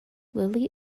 lily